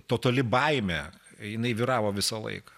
totali baimė jinai vyravo visą laiką